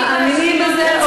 מאמינים בזה.